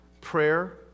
Prayer